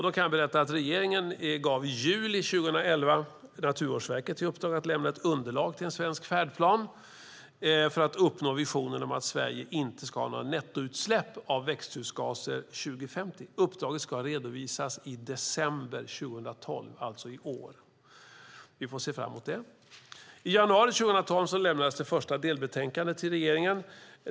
Då kan jag berätta att regeringen i juli 2011 gav Naturvårdsverket i uppdrag att lämna ett underlag till en svensk färdplan för att uppnå visionen om att Sverige inte ska ha några nettoutsläpp av växthusgaser 2050. Uppdraget ska redovisas i december 2012, alltså i år. Vi får se fram emot det. I januari 2012 lämnades det första delbetänkandet till regeringen.